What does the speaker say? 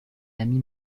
ami